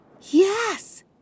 Yes